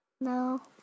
No